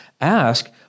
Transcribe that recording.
ask